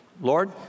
Lord